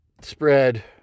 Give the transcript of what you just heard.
spread